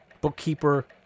bookkeeper